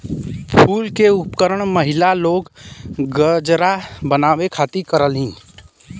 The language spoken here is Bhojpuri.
फूल के उपयोग महिला लोग गजरा बनावे खातिर करलीन